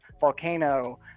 volcano